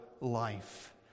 life